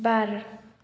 बार